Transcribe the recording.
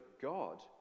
God